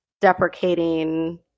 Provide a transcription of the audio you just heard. deprecating